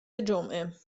جمعه